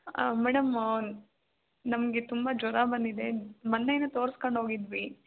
ಆಂ madam ನಮಗೆ ತುಂಬ ಜ್ವರ ಬಂದಿದೆ ಮೊನ್ನೆಯಿನ್ನೂ ತೋರಿಸಿಕೊಂಡು ಹೋಗಿದ್ವಿ